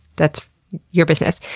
that's your business.